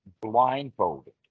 blindfolded